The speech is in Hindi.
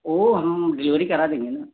वह हम डिलीवरी करा देंगे ना